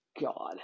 God